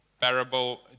parable